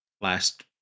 Last